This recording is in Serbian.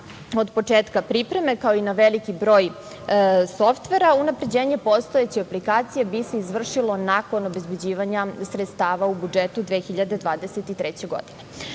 od početka pripreme, kao i na veliki broj softvera, unapređenje postojeće aplikacije bi se izvršilo nakon obezbeđivanja sredstava u budžetu 2023. godine.